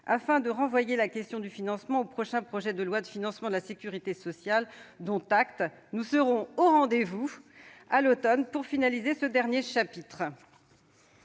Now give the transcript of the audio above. afin de renvoyer la question du financement au prochain projet de loi de financement de la sécurité sociale. Dont acte ! Nous serons au rendez-vous, à l'automne, pour finaliser ce dernier chapitre.